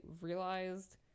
realized